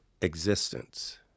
existence